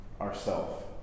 ourself